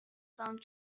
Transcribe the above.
phone